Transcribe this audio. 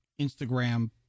Instagram